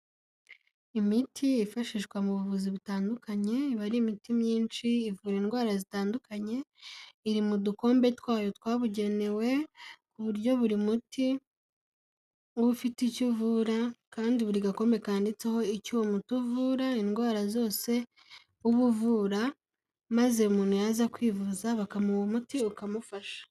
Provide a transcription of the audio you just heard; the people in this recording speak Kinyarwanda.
Imiti yifashishwa mu buvuzi butandukanye, iba ari imiti myinshi ivura indwara zitandukanye, iri mu dukombe twayo twabugenewe ku buryo buri muti uba ufite icyo uvura kandi buri gakombe kanditseho icyo uwo muti uvura, indwara zose uba uvura, maze umuntu yaza kwivuza bakamuha umuti ukamufasha.